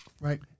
Right